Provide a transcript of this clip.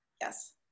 Yes